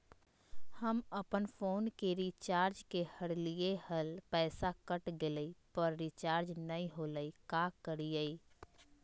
हम अपन फोन के रिचार्ज के रहलिय हल, पैसा कट गेलई, पर रिचार्ज नई होलई, का करियई?